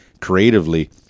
creatively